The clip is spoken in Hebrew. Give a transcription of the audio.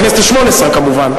בכנסת השמונה-עשרה כמובן,